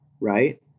right